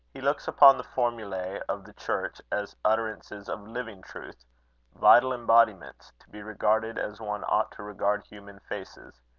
he looks upon the formulae of the church as utterances of living truth vital embodiments to be regarded as one ought to regard human faces.